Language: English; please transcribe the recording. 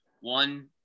one